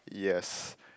yes